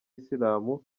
isilamu